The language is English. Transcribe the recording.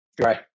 Right